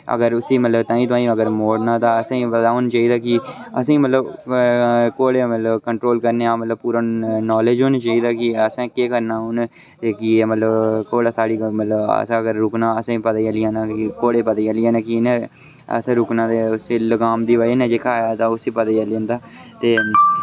अगर उसी मतलब ताईं तुआईं अगर मोड़ना होऐ तां असेंगी पता हून जे एह्दा कि असेंगी मतलब घोड़े दा मतलब कंट्रोल करने आं मतलब नॉलेज होनी चाहिदा कि असें केह् करना उ'नें जेह्की मतलब घोड़े साढ़ी मतलब असें अगर रुकना असेंगी पता चली जाना कि घोड़े गी पता चली जाना कि इ'न्न असें रुकना ते उस्सै लगाम दी बजह् कन्नै जेह्का उसी पता चली जंदा ते